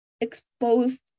exposed